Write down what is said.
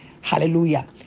Hallelujah